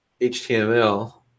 HTML